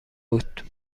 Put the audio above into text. بود